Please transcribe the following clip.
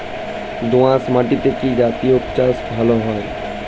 দোয়াশ মাটিতে কি জাতীয় চাষ ভালো হবে?